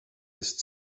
ist